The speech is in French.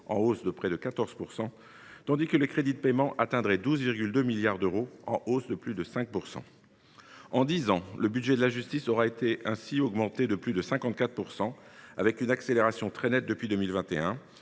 en hausse de près de 14 %, tandis que les crédits de paiement atteindraient 12,2 milliards d’euros, en hausse de plus de 5 %. En dix ans, le budget de la justice aura progressé de plus de 54 % et connu une accélération très nette depuis 2021.